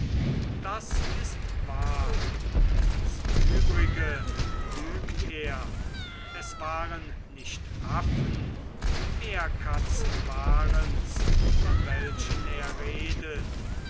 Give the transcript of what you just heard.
das ist wahr das übrige lügt er es waren nicht affen meerkatzen warens von welchen er redet